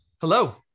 Hello